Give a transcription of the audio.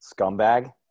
scumbag